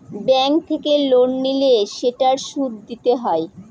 bank থেকে loan নিলে সেটার সুদ দিতে হয়